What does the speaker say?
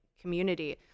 community